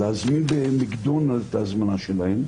להזמין במקדונלד'ס את ההזמנה שלהם,